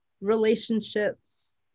relationships